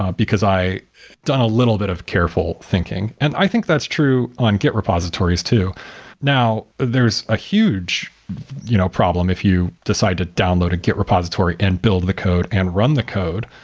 ah because i done a little bit of careful thinking. and i think that's true on git repositories too now there's a huge you know problem if you decide to download a git repository and build the code and run the code.